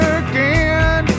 again